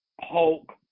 hulk